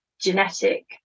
genetic